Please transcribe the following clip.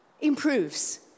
improves